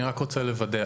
אני רק רוצה לוודא.